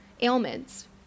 ailments